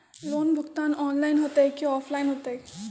Loan भुगतान online होतई कि ऑफलाइन होतई?